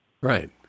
Right